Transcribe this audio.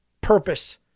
Purpose